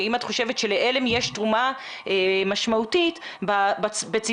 האם את חושבת של-עלם יש תרומה משמעותית בצוותי